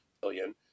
billion